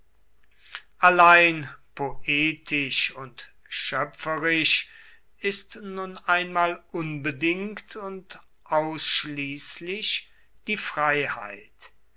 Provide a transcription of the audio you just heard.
allein poetisch und schöpferisch ist nun einmal unbedingt und ausschließlich die freiheit